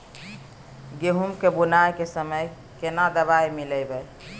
गहूम के बुनाई के समय केना दवाई मिलैबे?